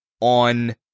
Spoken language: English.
on